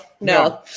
no